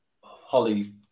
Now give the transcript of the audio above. Holly